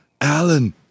Alan